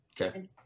Okay